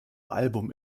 album